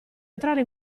entrare